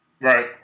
Right